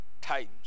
times